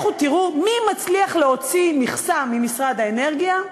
לכו תראו מי מצליח להוציא מכסה ממשרד האנרגיה,